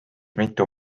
mitu